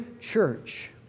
church